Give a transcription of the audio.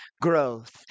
growth